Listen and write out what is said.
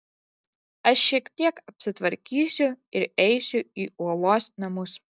aš šiek tiek apsitvarkysiu ir eisiu į uolos namus